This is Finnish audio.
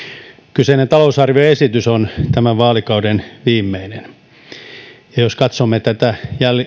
kyseinen talousarvioesitys on tämän vaalikauden viimeinen ja jos katsomme tätä